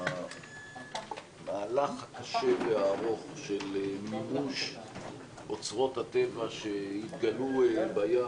שהמהלך הקשה והארוך של מימוש אוצרות הטבע שהתגלו בים,